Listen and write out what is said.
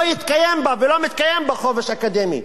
לא יתקיים בה ולא מתקיים בה חופש אקדמי,